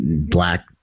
black